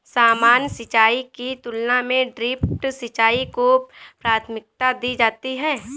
सामान्य सिंचाई की तुलना में ड्रिप सिंचाई को प्राथमिकता दी जाती है